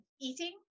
eating